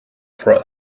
for